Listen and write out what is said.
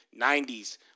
90s